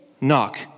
knock